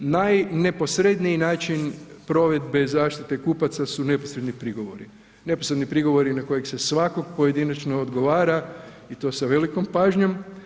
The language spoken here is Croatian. Najneposredniji način provedbe zaštite kupaca su neposredni prigovori, neposredni prigovori na kojeg se svakog pojedinačno odgovara i to sa velikom pažnjom.